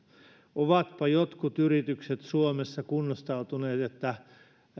ovatpa jotkut yritykset suomessa kunnostautuneet että